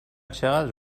چقدر